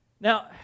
Now